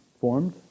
formed